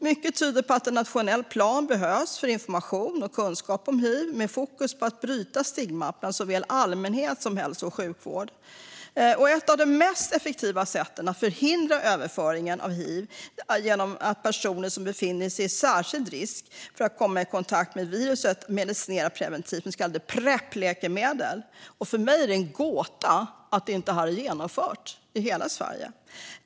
Mycket tyder på att en nationell plan behövs för information och kunskap om hiv med fokus på att bryta stigmat hos såväl allmänhet som hälso och sjukvård. Ett av de mest effektiva sätten att förhindra överföringen av hiv är att personer som befinner sig i särskild risk för att komma i kontakt med viruset medicinerar preventivt med så kallade Prepläkemedel. För mig är det en gåta att detta inte är genomfört i hela Sverige.